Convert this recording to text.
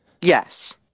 Yes